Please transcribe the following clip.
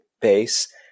base